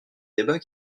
débat